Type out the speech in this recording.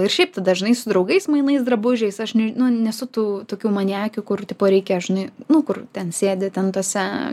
ir šiaip tada žinai su draugais mainais drabužiais aš nu nesu tų tokių maniakių kur tipo reikia žinai nu kur ten sėdi ten tuose